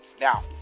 Now